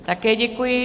Také děkuji.